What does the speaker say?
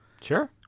Sure